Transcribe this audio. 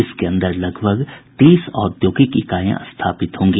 इसके अंदर लगभग तीस औद्योगिक इकाइयां स्थापित होंगी